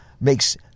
makes